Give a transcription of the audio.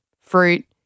fruit